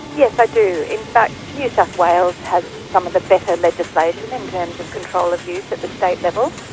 yes, i do. in fact new south wales has some of the better legislation in terms of control of use at the state level,